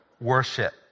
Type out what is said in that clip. worship